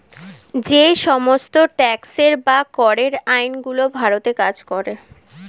যে সমস্ত ট্যাক্সের বা করের আইন গুলো ভারতে কাজ করে